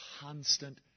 constant